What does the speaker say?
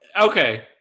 Okay